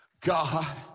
God